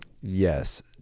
Yes